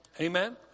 Amen